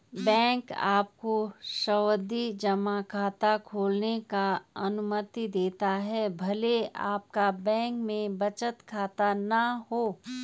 bank आपको सावधि जमा खाता खोलने की अनुमति देते हैं भले आपका बैंक में बचत खाता न हो